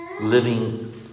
living